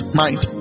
mind